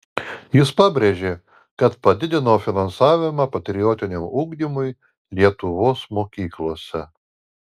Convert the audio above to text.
jis pabrėžė kad padidino finansavimą patriotiniam ugdymui lietuvos mokyklose